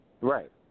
Right